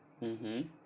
mmhmm